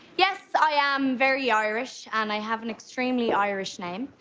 yes i am very irish and i have an extremely irish name.